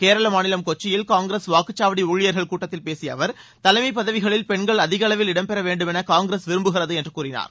கேரள மாநிலம் கொச்சியில் காங்கிரஸ் வாக்குச்சாவடி ஊழியர்கள் கூட்டத்தில் பேசிய அவர் தலைமை பதவிகளில் பெண்கள் அதிக அளவில் இடம்பெற வேண்டும் என்ற காங்கிரஸ் விரும்புகிறது என்று கூறினார்